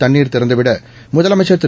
தண்ணீர் திறந்துவிட முதலமைச்ச் திரு